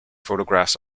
photographs